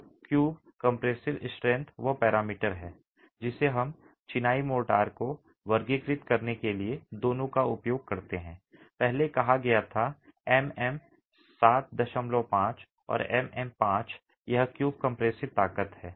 तो cube compressive strength वह parameter है जिसे हम चिनाई मोर्टार को वर्गीकृत करने के लिए दोनों का उपयोग करते हैं पहले कहा गया था एमएम 75 और एमएम 5 यह क्यूब कंप्रेसिव ताकत है